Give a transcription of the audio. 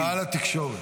הודעה לתקשורת.